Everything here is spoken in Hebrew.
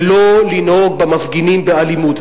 ולא לנהוג במפגינים באלימות.